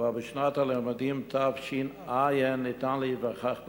כבר בתוצאות שנת הלימודים תש"ע ניתן להיווכח בשיפור.